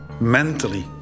mentally